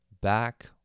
back